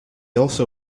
also